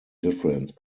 difference